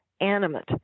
animate